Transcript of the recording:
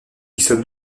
sommes